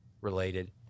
related